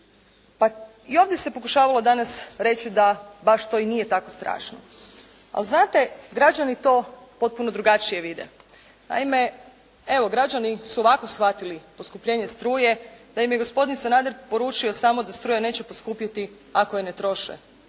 pa i ovdje se pokušavalo danas reći da baš to i nije tako strašno. Ali znate građani to potpuno drugačije vide. Naime evo građani su ovako shvatili poskupljenje struje. Da im je gospodin Sanader poručio samo da struja neće poskupjeti ako je ne troše.